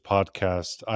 Podcast